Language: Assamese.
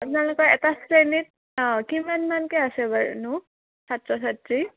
আপোনালোকৰ এটা শ্ৰেণীত অঁ কিমানমানকৈ আছে বাৰু নো ছাত্ৰ ছাত্ৰী